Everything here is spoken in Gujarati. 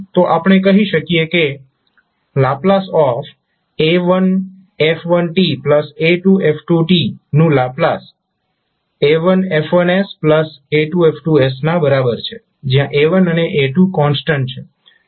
તો આપણે કહી શકીએ કે ℒ a1 f1a2 f2 નું લાપ્લાસ a1F1a2F2 ના બરાબર છે જ્યાં a1 અને a2 કોન્સ્ટન્ટ છે